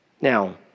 Now